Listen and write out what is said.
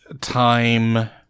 time